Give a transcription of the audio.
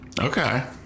Okay